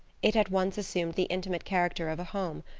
it at once assumed the intimate character of a home,